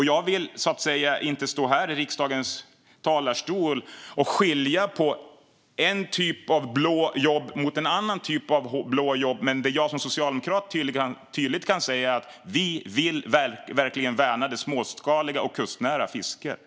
Jag vill inte stå här i riksdagens talarstol och skilja på en typ av blå jobb och en annan typ av blå jobb. Men det jag som socialdemokrat tydligt kan säga är att vi verkligen vill värna det småskaliga och kustnära fisket.